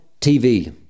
TV